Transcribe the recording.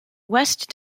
west